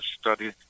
study